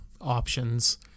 options